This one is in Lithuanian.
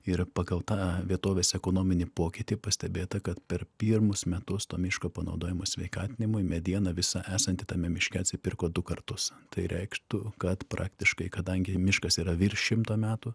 ir pagal tą vietovės ekonominį pokytį pastebėta kad per pirmus metus to miško panaudojimo sveikatinimui mediena visa esanti tame miške atsipirko du kartus tai reikštų kad praktiškai kadangi miškas yra virš šimto metų